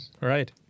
Right